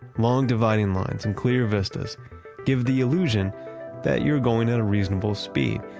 long dividing lines and clear vistas give the illusion that you're going at a reasonable speed.